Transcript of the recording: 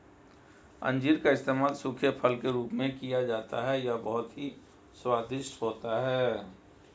अंजीर का इस्तेमाल सूखे फल के रूप में किया जाता है यह बहुत ही स्वादिष्ट होता है